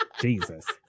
Jesus